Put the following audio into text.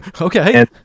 Okay